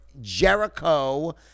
Jericho